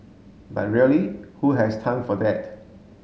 but really who has time for that